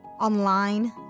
online